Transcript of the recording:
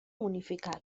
unificado